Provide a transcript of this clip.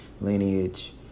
lineage